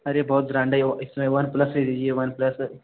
अरे बहुत ब्रांड है वो इसमें वन प्लस ले लीजिए वन प्लस